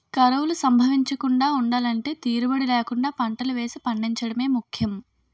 కరువులు సంభవించకుండా ఉండలంటే తీరుబడీ లేకుండా పంటలు వేసి పండించడమే ముఖ్యం